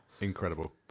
Incredible